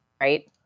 right